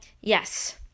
yes